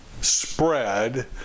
spread